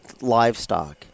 livestock